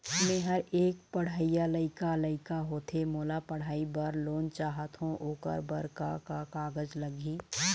मेहर एक पढ़इया लइका लइका होथे मोला पढ़ई बर लोन चाहथों ओकर बर का का कागज लगही?